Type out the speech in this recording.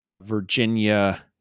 Virginia